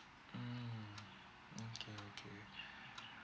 mm okay okay